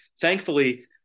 thankfully